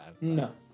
No